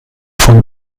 von